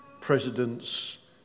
president's